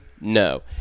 No